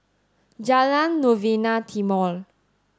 Jalan Novena Timor